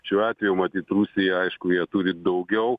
šiuo atveju matyt rusijai aišku jie turi daugiau